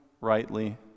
rightly